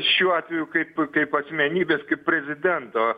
šiuo atveju kaip kaip asmenybės kaip prezidento